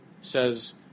says